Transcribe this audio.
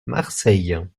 marseille